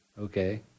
Okay